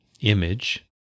image